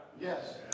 Yes